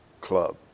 club